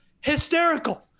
hysterical